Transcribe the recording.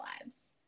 lives